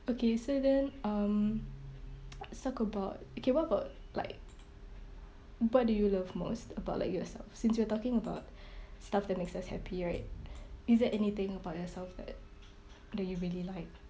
okay so then um let's talk about okay what about like what do you love most about like yourself since we are talking about stuff that makes us happy right is there anything about yourself that that you really like